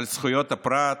על זכויות הפרט,